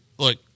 Look